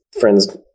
friends